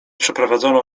przeprowadzono